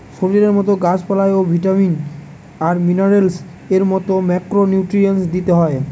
শরীরের মতো গাছ পালায় ও ভিটামিন আর মিনারেলস এর মতো মাইক্রো নিউট্রিয়েন্টস দিতে হয়